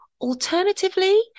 Alternatively